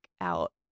out